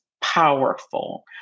powerful